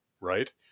right